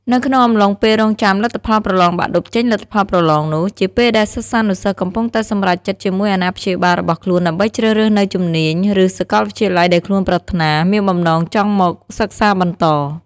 នៅក្នុងអំឡុងពេលរងចាំលទ្ធផលប្រឡងបាក់ឌុបចេញលទ្ធផលប្រឡងនោះ ជាពេលដែលសិស្សានុសិស្សកំពុងតែសម្រេចចិត្តជាមួយអាណាព្យាបាលរបស់ខ្លួនដើម្បីជ្រើសរើសនូវជំនាញ ឬសកលវិទ្យាល័យដែលខ្លួនប្រាថ្នា មានបំណងចង់មកសិក្សាបន្ត។